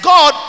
God